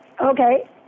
Okay